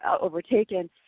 overtaken